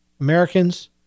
Americans